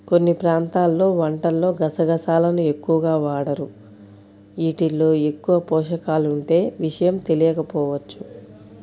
కొన్ని ప్రాంతాల్లో వంటల్లో గసగసాలను ఎక్కువగా వాడరు, యీటిల్లో ఎక్కువ పోషకాలుండే విషయం తెలియకపోవచ్చు